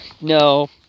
no